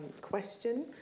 question